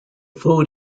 food